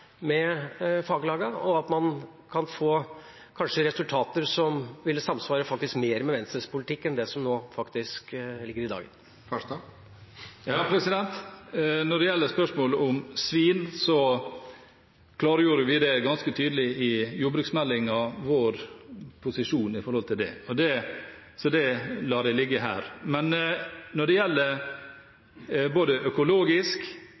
med faglagene, og at man kanskje kan få resultater som faktisk ville samsvare mer med Venstres politikk enn det som foreligger i dag? Når det gjelder spørsmålet om svin, klargjorde vi i jordbruksmeldingen ganske tydelig vår posisjon i det. Så det lar jeg ligge her. Men når det gjelder både økologisk